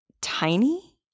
tiny